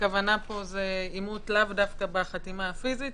שהכוונה פה היא אימות לאו דווקא בחתימה הפיזית,